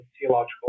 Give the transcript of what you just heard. theological